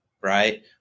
Right